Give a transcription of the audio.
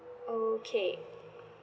okay